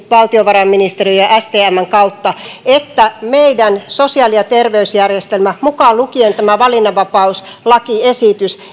valtiovarainministeriön ja ja stmn kautta että meidän sosiaali ja terveysjärjestelmä mukaan lukien tämä valinnanvapauslakiesitys